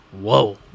Whoa